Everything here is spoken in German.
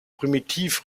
primitiv